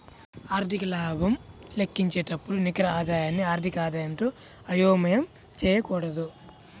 ఆర్థిక లాభం లెక్కించేటప్పుడు నికర ఆదాయాన్ని ఆర్థిక ఆదాయంతో అయోమయం చేయకూడదు